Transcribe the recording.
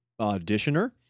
auditioner